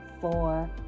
four